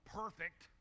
perfect